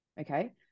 okay